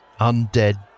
undead